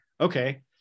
Okay